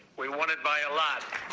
we won it by a lot.